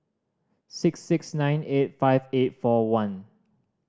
six six nine eight five eight four one